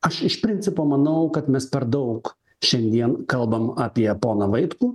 aš iš principo manau kad mes per daug šiandien kalbam apie poną vaitkų